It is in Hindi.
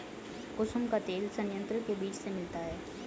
कुसुम का तेल संयंत्र के बीज से मिलता है